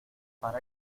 para